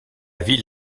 ville